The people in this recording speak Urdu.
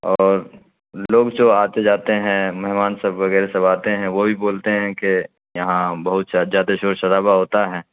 اور لوگ جو آتے جاتے ہیں مہمان سب وغیرہ سب آتے ہیں وہ بھی بولتے ہیں کہ یہاں بہت زیادہ شور شرابہ ہوتا ہے